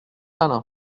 alain